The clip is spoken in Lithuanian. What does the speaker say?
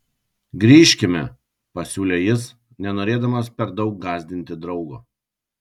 grįžkime pasiūlė jis nenorėdamas per daug gąsdinti draugo